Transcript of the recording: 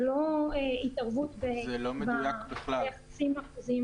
ולא התערבות ביחסים החוזיים.